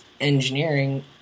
engineering